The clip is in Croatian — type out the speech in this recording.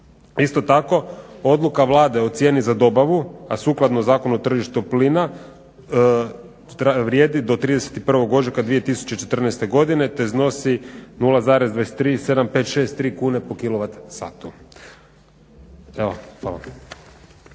Isto tako odluka Vlade o cijeni za dobavu, a sukladno Zakonu o tržištu plina vrijedi do 31.ožujka 2014.godine te iznosi 0,23756 kune po kilovat satu.